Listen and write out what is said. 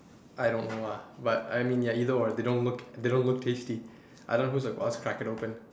I don't know ah but I mean ya either way they don't look they don't look tasty I don't know who is the first to crack it open